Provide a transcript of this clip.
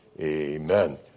Amen